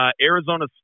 Arizona